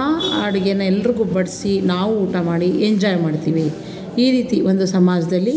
ಆ ಅಡುಗೆನ ಎಲ್ರಿಗೂ ಬಡಿಸಿ ನಾವು ಊಟ ಮಾಡಿ ಎಂಜಾಯ್ ಮಾಡ್ತೀವಿ ಈ ರೀತಿ ಒಂದು ಸಮಾಜದಲ್ಲಿ